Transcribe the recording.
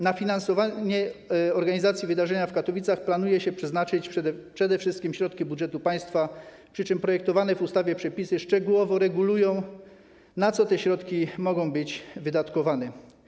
Na finansowanie organizacji wydarzenia w Katowicach planuje się przeznaczyć przede wszystkim środki budżetu państwa, przy czym projektowane w ustawie przepisy szczegółowo regulują, na co te środki mogą być wydatkowane.